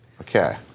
Okay